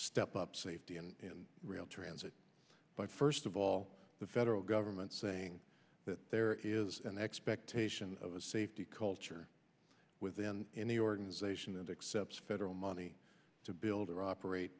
step up safety and rail transit but first of all the federal government saying that there is an expectation of a safety culture within in the organization and accepts federal money to build or operate